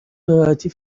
بهراحتی